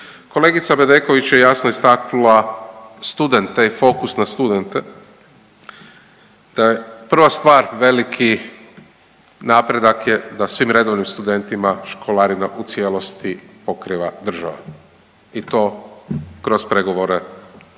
Kolegica Bedeković je jasno istaknula studente, taj fokus na studente. Prva stvar, veliki napredak je da svim redovnim studentima školarina u cijelosti pokriva država i to kroz pregovore